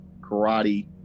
karate